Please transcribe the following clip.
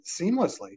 seamlessly